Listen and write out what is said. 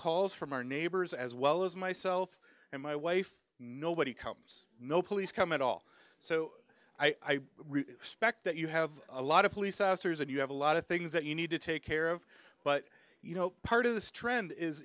calls from our neighbors as well as myself and my wife nobody comes no police come at all so i suspect that you have a lot of police officers and you have a lot of things that you need to take care of but you know part of this trend is